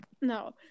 No